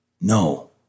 No